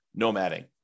nomading